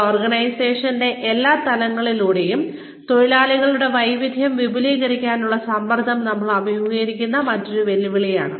ഒരു ഓർഗനൈസേഷന്റെ എല്ലാ തലങ്ങളിലൂടെയും തൊഴിലാളികളുടെ വൈവിധ്യം വിപുലീകരിക്കാനുള്ള സമ്മർദ്ദം ഞങ്ങൾ അഭിമുഖീകരിക്കുന്ന മറ്റൊരു വെല്ലുവിളിയാണ്